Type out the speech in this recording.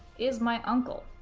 is my uncle,